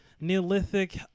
neolithic